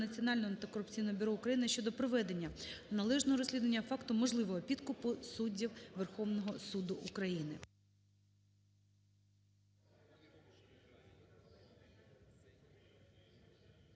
Національного антикорупційного бюро України щодо проведення належного розслідування факту можливого підкупу суддів Верховного Суду України.